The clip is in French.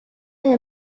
est